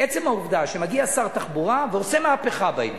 עצם העובדה שמגיע שר תחבורה ועושה מהפכה בעניין,